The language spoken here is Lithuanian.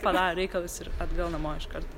padarė reikalus ir atgal namo iškart